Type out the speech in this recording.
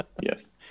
Yes